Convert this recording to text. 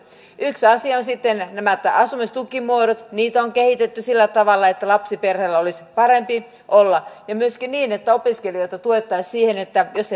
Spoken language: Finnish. yksi asia on sitten nämä asumistukimuodot niitä on kehitetty sillä tavalla että lapsiperheillä olisi parempi olla ja myöskin niin että opiskelijoita tuettaisiin siten että jos